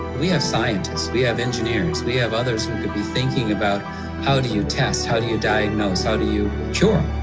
we have scientists, we have engineers, we have others who could be thinking about how do you test? how do you diagnose? how do you cure?